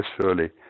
surely